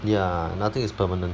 ya nothing is permanent